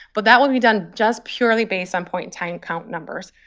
but that will be done just purely based on point in time count numbers.